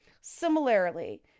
Similarly